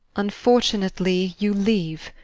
unfortunately, you leave.